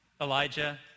Elijah